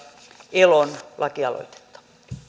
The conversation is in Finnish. elon lakialoitetta